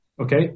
okay